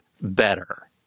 better